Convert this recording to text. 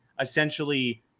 essentially